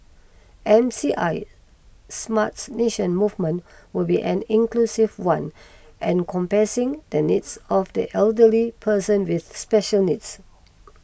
M C I smarts nation movement will be an inclusive one encompassing the needs of the elderly persons with special needs